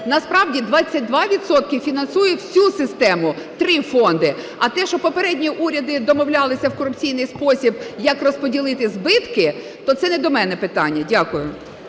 Насправді 22 відсотки фінансують всю систему, три фонди. А те, що попередні уряди домовлялися в корупційний спосіб, як розподілити збитки, то це не до мене питання. Дякую.